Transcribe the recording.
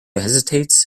hesitates